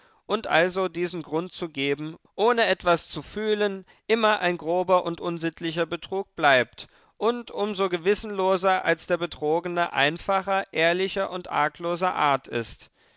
und also diesen grund zu geben ohne etwas zu fühlen immer ein grober und unsittlicher betrug bleibt und um so gewissenloser als der betrogene einfacher ehrlicher und argloser art ist